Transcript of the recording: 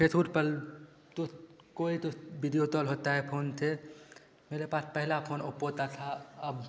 फेसबूट पल तुत कोई तो बिदियो ताॅल होता है फोन थे मेरे पास पहला फोन ओप्पो का था अब